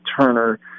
Turner